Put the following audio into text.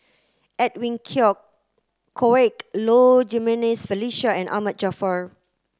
Edwin Koek Low Jimenez Felicia and Ahmad Jaafar